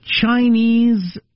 Chinese